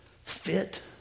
fit